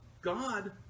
God